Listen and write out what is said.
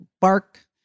bark